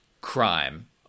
crime